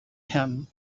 him